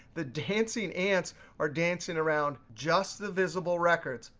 the dancing ants are dancing around just the visible records.